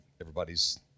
Everybody's